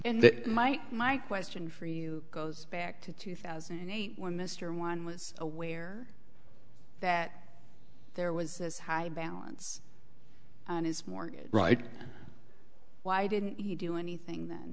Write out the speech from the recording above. that my my question for you goes back to two thousand and eight when mr one was aware that there was a high balance on his more right why didn't he do anything that